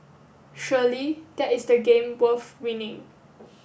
surely that is the game worth winning